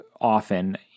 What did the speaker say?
often